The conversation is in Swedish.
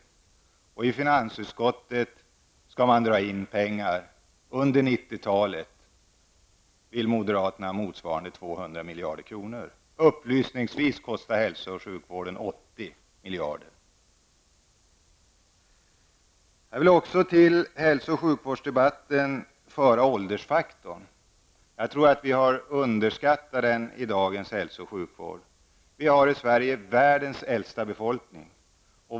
Moderaterna i finansutskottet däremot vill under 1990-talet minska statsinkomsterna med 200 miljarder. Upplysningsvis vill jag nämna att hälsooch sjukvården kostar 80 miljarder. Jag vill också till hälso och sjukvårdsdebatten föra åldersfaktorn. Jag tror att vi i dagens hälso och sjukvårdsdebatt har underskattat den faktorn. Vi har i Sverige världens äldsta befolkning.